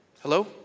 Hello